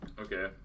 Okay